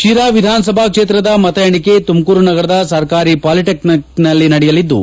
ಶಿರಾ ವಿಧಾನಸಭಾ ಕ್ಷೇತ್ರದ ಮತ ಎಣಿಕೆ ತುಮಕೂರು ನಗರದ ಸರ್ಕಾರಿ ಪಾಲಿಟೆಕ್ನಿಕ್ನಲ್ಲಿ ನಡೆಯಲಿದ್ದು